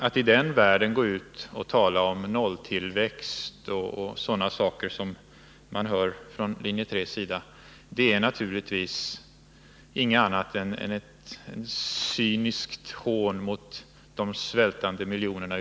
Attien sådan värld gå ut och tala om nolltillväxt, som representanter för linje 3 gör, är naturligtvis ingenting annat än ett cyniskt hån mot de svältande miljonerna.